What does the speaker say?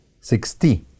sixty